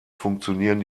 funktionieren